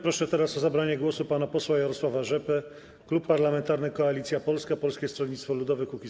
Proszę teraz o zabranie głosu pana posła Jarosława Rzepę, Klub Parlamentarny Koalicja Polska - Polskie Stronnictwo Ludowe - Kukiz15.